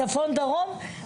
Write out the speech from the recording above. צפון דרום.